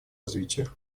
развитию